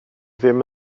ddim